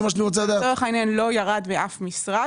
לצורך העניין לא ירד באף משרד.